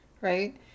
right